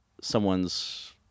someone's